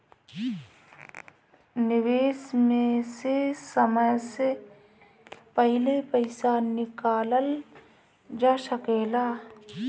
निवेश में से समय से पहले पईसा निकालल जा सेकला?